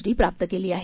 D प्राप्त केली आहे